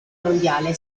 mondiale